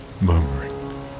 murmuring